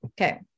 okay